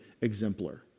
exemplar